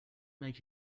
make